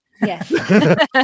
Yes